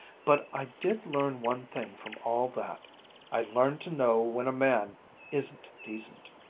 but i did learn one thing from all that i learned to know when a man isn't decent.